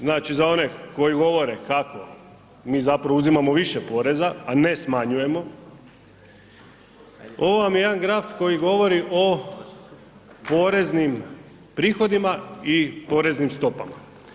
Znači za one koji govore kako bi zapravo uzimamo više poreza, a ne smanjujemo, ovo vam je jedan graf koji govori o poreznim prihodima i poreznim stopama.